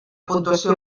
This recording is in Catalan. puntuació